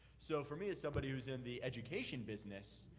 so for me as somebody who's in the education business,